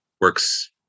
works